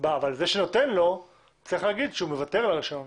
אבל זה שנותן לו צריך להגיד שהוא מוותר על הרישיון.